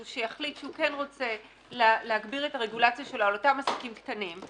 שיחליט שהוא כן רוצה להגביר את הרגולציה שלו על אותם עסקים קטנים,